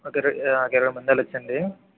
ఒక ఇర ఒక ఇరవై మంది వెళ్ళొచ్చండి